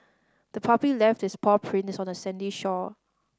the puppy left its paw prints on the sandy shore